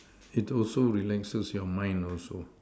it also relaxes your mind also